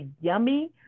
yummy